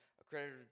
accredited